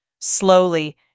Slowly